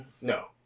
No